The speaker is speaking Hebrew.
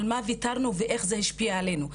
על מה וויתרנו ואיך זה השפיע עלינו,